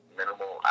minimal